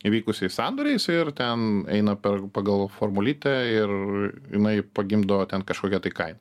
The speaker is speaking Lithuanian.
įvykusiais sandoriais ir ten eina per pagal formulytę ir jinai pagimdo ten kažkokia tai kainą